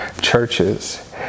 churches